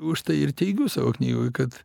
užtai ir teigiu savo knygoj kad